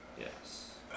Yes